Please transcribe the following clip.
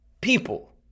people